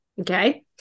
Okay